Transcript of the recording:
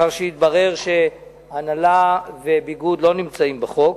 לאחר שהתברר שהנעלה וביגוד לא נמצאים בחוק,